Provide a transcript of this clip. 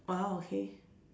ah okay